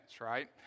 right